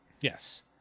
Yes